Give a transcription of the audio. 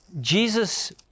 Jesus